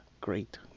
great